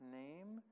name